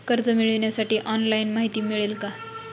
कर्ज मिळविण्यासाठी ऑनलाइन माहिती मिळेल का?